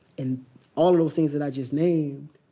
and all those things that i just named